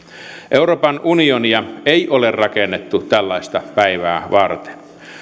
euroopan unionia ei ole rakennettu tällaista päivää varten